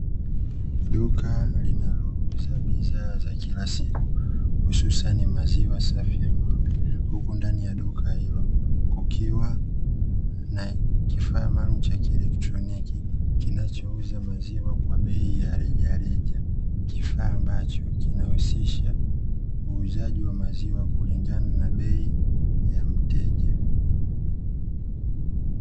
Duka linalouza bidhaa za kila siku, husani maziwa safi ya ng'ombe. Huku ndani ya duka hilo kukiwa na kifaa maalumu cha kielektroniki kinachouza maziwa kwa bei ya rejareja. Kifaa ambacho kinahusisha uuzaji wa maziwa kulingana na bei ya mteja.